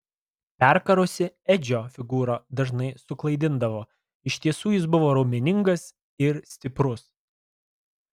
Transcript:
perkarusi edžio figūra dažnai suklaidindavo iš tiesų jis buvo raumeningas ir stiprus